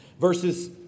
verses